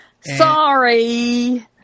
sorry